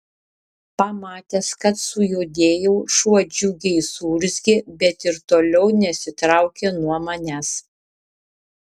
pamatęs kad sujudėjau šuo džiugiai suurzgė bet ir toliau nesitraukė nuo manęs